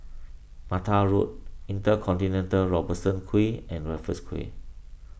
Mattar Road Intercontinental Robertson Quay and Raffles Quay